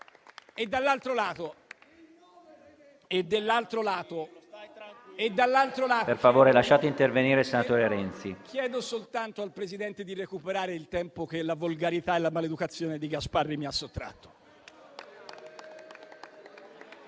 PRESIDENTE. Per favore, lasciate intervenire il senatore Renzi. RENZI *(IV-C-RE)*. Chiedo soltanto al Presidente di recuperare il tempo che la volgarità e la maleducazione di Gasparri mi ha sottratto.